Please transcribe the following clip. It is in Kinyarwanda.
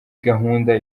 gahunda